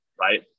right